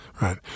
Right